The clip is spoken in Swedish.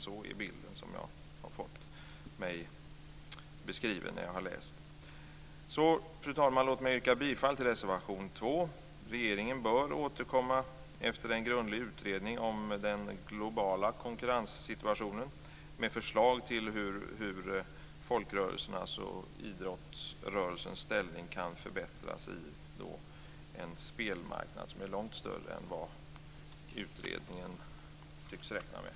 Sådan är den bild som jag har fått när jag har läst. Fru talman! Låt mig yrka bifall till reservation 2. Regeringen bör återkomma efter en grundlig utredning om den globala konkurrenssituationen med förslag till hur folkrörelsernas och idrottsrörelsens ställning kan förbättras i en spelmarknad som är långt större än vad utredningen tycks räkna med.